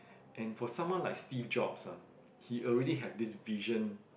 and for someone like Steve Jobs ah he already have this vision